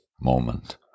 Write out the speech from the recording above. moment